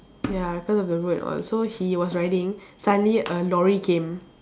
ya cause of the road and all so he was riding suddenly a lorry came